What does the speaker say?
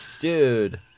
dude